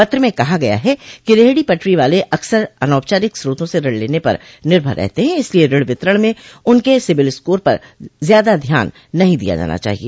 पत्र में कहा गया है कि रेहडी पटरी वाले अक्सर अनौपचारिक स्रोतों से ऋण लेने पर निर्भर रहते हैं इसलिए ऋण वितरण में उनके सिबिल स्कोर पर ज्यादा ध्यान नहीं दिया जाना चाहिए